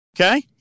okay